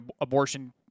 abortion